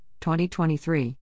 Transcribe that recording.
2023